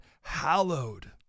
hallowed